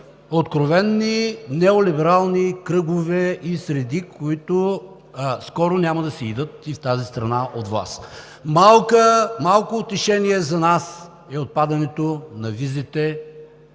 откровени неолиберални кръгове и среди, които скоро няма да си идат в тази страна от власт. Малко утешение за нас е отпадането на визите